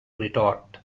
retort